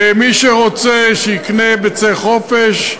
אבל לא עם סלמונלה.